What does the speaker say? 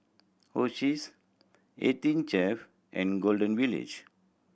Oishis Eighteen Chef and Golden Village